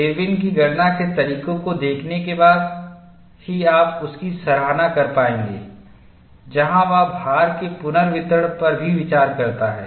इरविनIrwin's की गणना के तरीके को देखने के बाद ही आप उसकी सराहना कर पाएंगे जहां वह भार के पुनर्वितरण पर भी विचार करता है